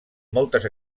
moltes